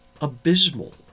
abysmal